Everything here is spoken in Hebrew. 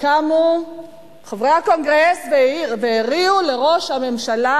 קמו חברי הקונגרס והריעו לראש הממשלה.